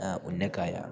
ഉന്നക്കായ